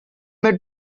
made